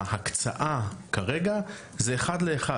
ההקצאה כרגע זה 1:1,